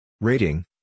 Rating